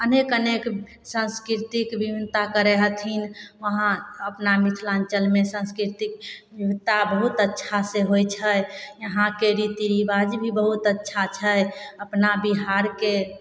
अनेक अनेक सांस्कीर्तिक बिभिन्नता करै हथिन वहाँ अपना मिथलाञ्चलमे संस्कीर्तिक बिभिन्नता बहुत अच्छा से होइ छै यहाँके रीति रिबाज भी बहुत अच्छा छै अपना बिहारके